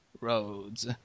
roads